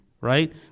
right